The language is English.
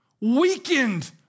weakened